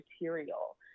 material